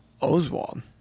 Oswald